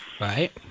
Right